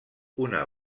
una